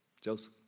Joseph